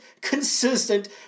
consistent